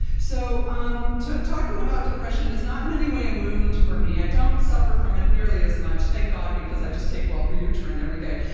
so, um talking about depression is not in any way a wound for me. i don't suffer from it nearly as much, thank god, because i just take wellbutrin every day,